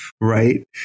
Right